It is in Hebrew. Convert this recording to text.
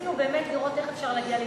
ניסינו באמת לראות איך אפשר להגיע להידברות.